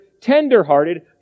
tender-hearted